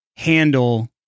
handle